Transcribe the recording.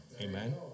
Amen